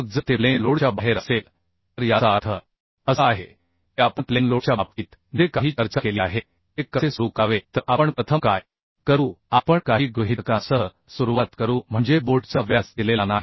मग जर ते प्लेन लोडच्या बाहेर असेल तर याचा अर्थ असा आहे की आपण प्लेन लोडच्या बाबतीत जे काही चर्चा केली आहे ते कसे सुरू करावे तर आपण प्रथम काय करू आपण काही गृहितकांसह सुरुवात करू म्हणजे बोल्टचा व्यास दिलेला नाही